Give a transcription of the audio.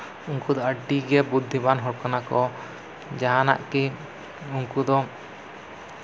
ᱩᱱᱠᱩ ᱫᱚ ᱟᱹᱰᱤᱜᱮ ᱵᱩᱫᱽᱫᱷᱤᱢᱟᱱ ᱦᱚᱲ ᱠᱟᱱᱟ ᱠᱚ ᱡᱟᱦᱟᱱᱟᱜ ᱜᱮ ᱩᱱᱠᱩ ᱫᱚ